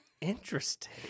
Interesting